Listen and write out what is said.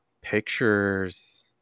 Pictures